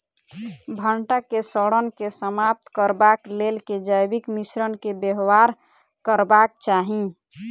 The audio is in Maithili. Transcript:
भंटा केँ सड़न केँ समाप्त करबाक लेल केँ जैविक मिश्रण केँ व्यवहार करबाक चाहि?